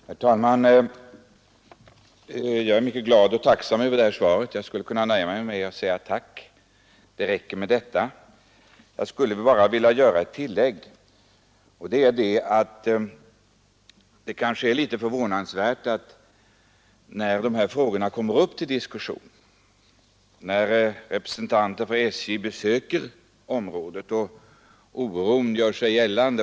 Herr talman! Jag är mycket glad och tacksam för kommunikationsministerns svar på min enkla fråga. Jag skulle kunna nöja mig med att framföra ett tack för svaret, men jag skulle också vilja göra ett tillägg. Det är kanske litet förvånande att SJ:s representanter inte kan lämna det svar, som jag nu fått av kommunikationsministern, när de besöker bygden i fråga och möts av den oro som där gör sig gällande.